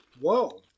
Whoa